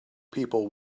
people